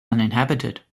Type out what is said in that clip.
uninhabited